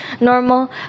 normal